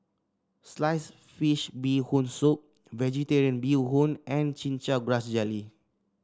Sliced Fish Bee Hoon Soup vegetarian Bee Hoon and Chin Chow Grass Jelly